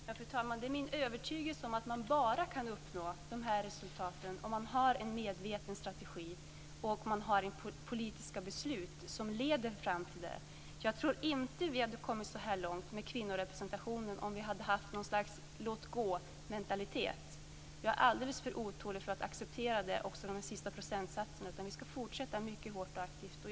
Fru talman! Det är min övertygelse att man kan uppnå sådana här resultat bara om man har en medveten strategi och politiska beslut som leder fram till det. Jag tror inte att vi hade kommit så här långt vad gäller kvinnorepresentationen med något slags låt-gåmentalitet. Jag är alldeles för otålig för att acceptera det också vad gäller de sista procentsatserna. Vi skall fortsätta att driva det här mycket hårt och aktivt.